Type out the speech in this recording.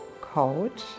coach